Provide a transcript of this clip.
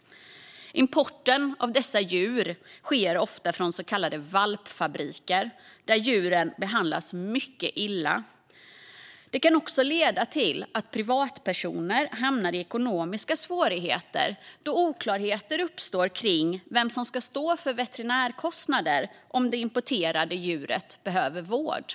Importen av dessa djur sker ofta från så kallade valpfabriker där djuren behandlas mycket illa. Det kan också leda till att privatpersoner hamnar i ekonomiska svårigheter då oklarheter uppstår kring vem som ska stå för veterinärkostnader om det importerade djuret behöver vård.